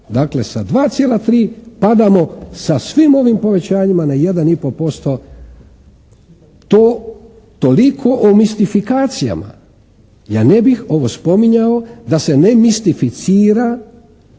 Dakle sa 2,3 padamo sa svim ovim povećanjima na 1,5%. To toliko o mistifikacijama. Ja ne bih ovo spominjao da se ne mistificira